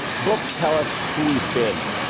books tell us who we've been,